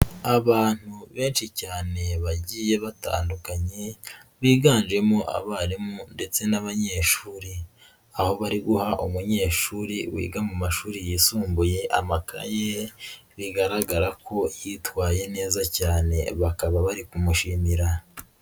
Abantu benshi cyane bagiye batandukanye biganjemo abarimu ndetse n'abanyeshuri, aho bari guha umunyeshuri wiga mu mashuri yisumbuye amakaye bigaragara ko yitwaye neza cyane bakaba bari kumushimira.